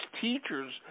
teachers